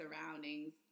surroundings